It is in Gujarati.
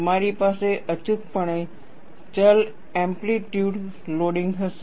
તમારી પાસે અચૂકપણે ચલ એમ્પલિટયૂડ લોડિંગ હશે